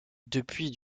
depuis